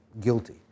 guilty